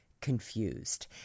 confused